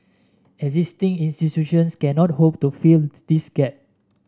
existing institutions cannot hope to fill this gap